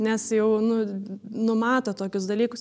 nes jau nu numato tokius dalykus